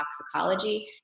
Toxicology